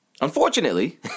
Unfortunately